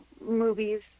movies